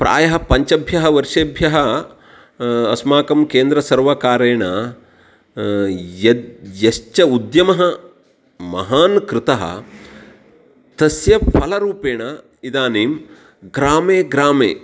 प्रायः पञ्चभ्यः वर्षेभ्यः अस्माकं केन्द्रसर्वकारेण यद् यश्च उद्यमः महान् कृतः तस्य फलरूपेण इदानीं ग्रामे ग्रामे